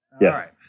Yes